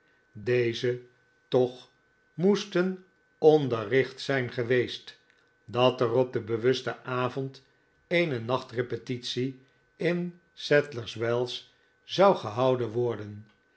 deze toch moesten onderricht zijn geweest dat er op den bewusten avond eene nachtrepetitie in sadlers wells zou gehouden worden